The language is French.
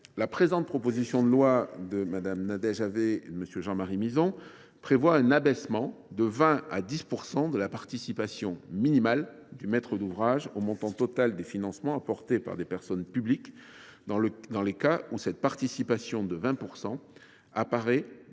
la présente proposition de loi de Nadège Havet et Jean Marie Mizzon prévoit un abaissement de 20 % à 10 % de la participation minimale du maître d’ouvrage au montant total des financements apportés par des personnes publiques, dans les cas où cette participation de 20 % apparaîtrait